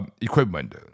equipment